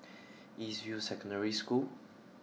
East View Secondary School